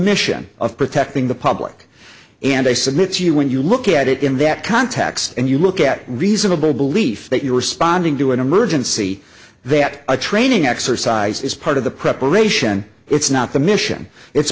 mission of protecting the public and i submit to you when you look at it in that context and you look at reasonable belief that you're responding to an emergency that a training exercise is part of the preparation it's not the mission it's